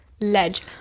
ledge